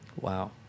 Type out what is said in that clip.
Wow